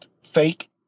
fake